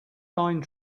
pine